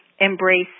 embrace